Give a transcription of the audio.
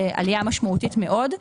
זה עלייה משמעותית מאוד.